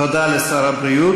תודה לשר הבריאות.